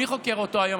מי חוקר אותו היום,